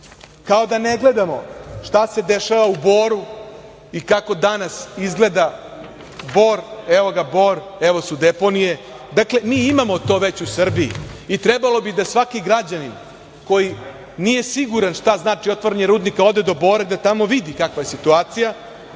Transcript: Kao da ne gledamo šta se dešava u Boru i kako danas izgleda Bor, evo ga Bor, evo su deponije. Dakle, mi imamo to već u Srbiji i trebalo bi da svaki građanin koji nije siguran šta znači otvaranje rudnika da ode do Bora i tamo vidi kakva je situacija,